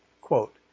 quote